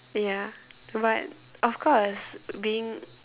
ya but of course being